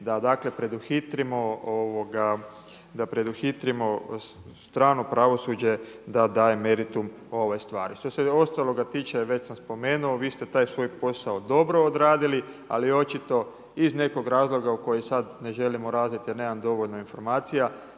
dakle preduhitrimo strano pravosuđe da daje meritum o ovoj stvari. Što se ostaloga tiče, već sam spomenuo, vi ste taj svoj posao dobro odradili ali očito iz nekog razloga u koji sada ne želim …/Govornik se ne razumije/… jer nemam dovoljno informacija